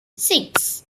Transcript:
six